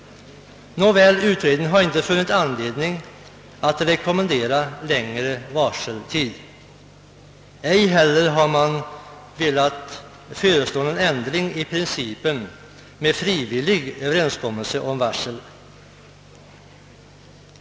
Nåväl, utredningen har inte funnit anledning att rekommendera längre varseltid. Ej heller har man velat föreslå någon ändring i principen med frivillig överenskommelse om varsel.